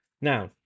Now